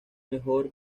mejor